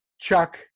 Chuck